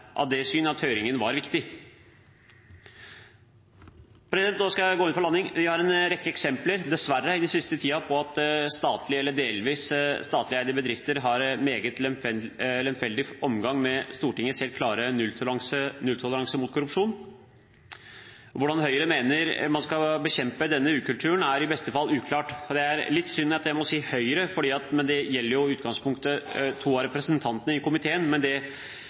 har endret syn og nå er av det syn at høringen var viktig. Nå skal jeg gå inn for landing. Vi har dessverre en rekke eksempler den siste tiden på at statlig eller delvis statlig eide bedrifter har en meget lemfeldig omgang med Stortingets helt klare nulltoleranse mot korrupsjon. Hvordan Høyre mener man skal bekjempe denne ukulturen, er i beste fall uklart. Det er litt synd at jeg må si «Høyre», det gjelder jo i utgangspunktet to av representantene i komiteen, men det